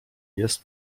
jest